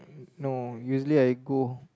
no usually I go